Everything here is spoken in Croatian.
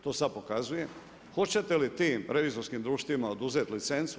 To sad pokazuje, hoćete li tim revizorskim društvima oduzeti licencu?